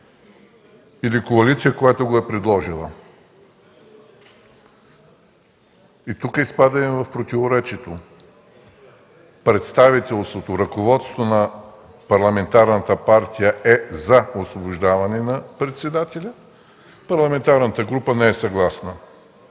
или коалиция, която го е предложила. Тук изпадаме в противоречието. Ако представителството, ръководството на парламентарната партия е за освобождаване на председателя, а парламентарната група не е съгласна?